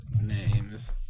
names